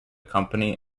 company